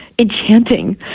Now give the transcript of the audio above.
enchanting